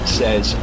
says